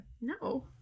No